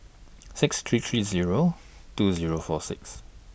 six three three Zero two Zero four six